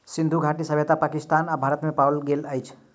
सिंधु घाटी सभ्यता पाकिस्तान आ भारत में पाओल गेल अछि